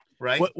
right